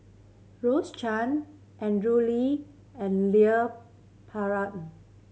Rose Chan Andrew Lee and Leon Perera